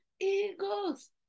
eagles